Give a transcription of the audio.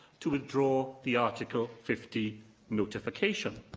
to withdraw the article fifty notification.